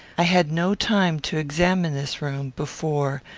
i had no time to examine this room before,